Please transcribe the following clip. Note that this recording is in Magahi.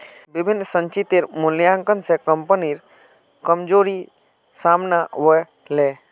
विभिन्न संचितेर मूल्यांकन स कम्पनीर कमजोरी साम न व ले